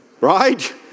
Right